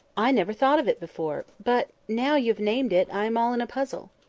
i never thought of it before but, now you have named it, i am all in a puzzle.